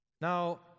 Now